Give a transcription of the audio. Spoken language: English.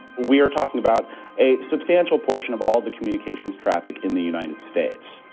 we are talking about a substantial portion. of all of the communications traffic in the united states.